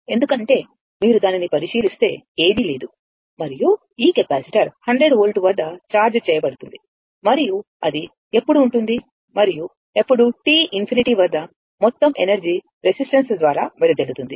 ఎందుకంటే మీరు దానిని పరిశీలిస్తే ఏదీ లేదు మరియు ఈ కెపాసిటర్ 100 వోల్ట్ వద్ద ఛార్జ్ చేయబడుతుంది మరియు అది ఎప్పుడు ఉంటుంది మరియు ఎప్పుడు t ∞వద్ద మొత్తం ఎనర్జీ రెసిస్టెన్స్ ద్వారా వెదజల్లుతుంది